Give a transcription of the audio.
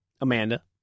Amanda